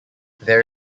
there